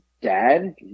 dad